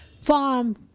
farm